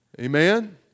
Amen